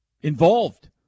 involved